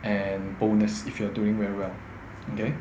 and bonus if you are doing very well okay